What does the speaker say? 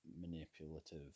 manipulative